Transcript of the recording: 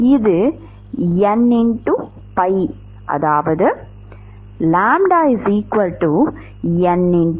பது n pi அதனால்npi L க்கு சமம்